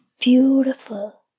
beautiful